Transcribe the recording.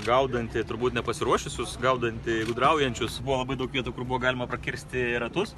gaudanti turbūt nepasiruošusius gaudanti gudraujančius buvo labai daug vietų kur galima prakirsti ratus